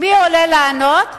מי עולה לענות?